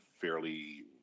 fairly